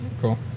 Cool